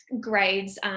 grades